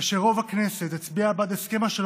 כאשר רוב הכנסת הצביעה בעד הסכם השלום